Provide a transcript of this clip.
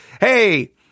Hey